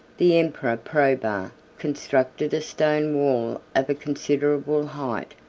the emperor probus constructed a stone wall of a considerable height,